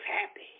happy